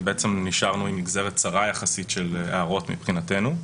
ונשארנו עם נגזרת צרה יחסית של הערות מבחינתנו.